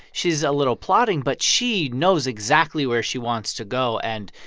she's a little plodding. but she knows exactly where she wants to go. and,